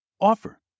offer